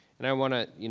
and i wanna, you